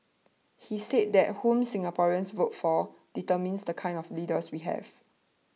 he said that whom Singaporeans vote for determines the kind of leaders we will have